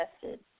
tested